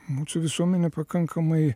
mūsų visuomenė pakankamai